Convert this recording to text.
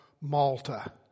Malta